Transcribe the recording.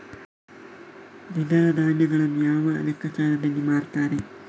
ದ್ವಿದಳ ಧಾನ್ಯಗಳನ್ನು ಯಾವ ಲೆಕ್ಕಾಚಾರದಲ್ಲಿ ಮಾರ್ತಾರೆ?